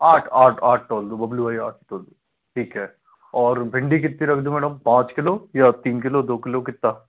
आठ आठ आठ तोल दो बाबलू भाई आठ तोल दो ठीक है और भिंडी कितनी रख दूँ मैडम पाँच किलो या तीन किलो दो किलो कितना